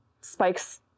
spikes